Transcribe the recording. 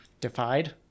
defied